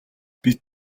бид